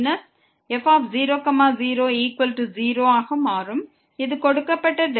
எனவே இது 0 மற்றும் மைனஸ் f0 00 இது கொடுக்கப்பட்ட Δy